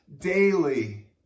daily